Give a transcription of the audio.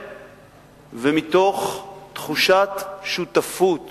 לאחר ומתוך תחושת שותפות